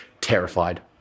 terrified